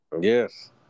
Yes